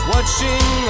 Watching